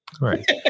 Right